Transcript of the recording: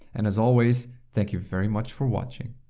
and as always thank you very much for watching!